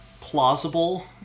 plausible